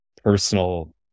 Personal